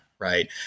Right